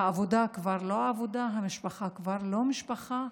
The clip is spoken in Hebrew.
העבודה כבר לא עבודה, המשפחה כבר לא משפחה,